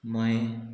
Mayem